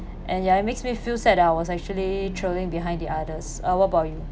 and ya it makes me feel sad I was actually trailing behind the others uh what about you